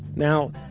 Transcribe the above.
now,